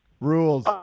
Rules